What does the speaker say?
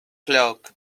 clock